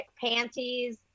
Panties